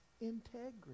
integrity